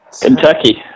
Kentucky